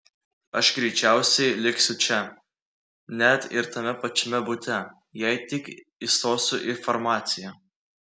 aš greičiausiai liksiu čia net ir tame pačiame bute jei tik įstosiu į farmaciją